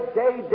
day